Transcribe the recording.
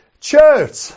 church